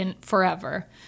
forever